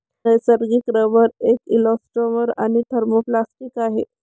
नैसर्गिक रबर एक इलॅस्टोमर आणि थर्मोप्लास्टिक आहे